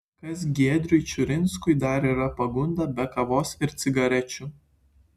kas giedriui čiurinskui dar yra pagunda be kavos ir cigarečių